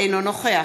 אינו נוכח